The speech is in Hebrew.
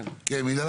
כן, מינהל התכנון.